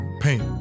paint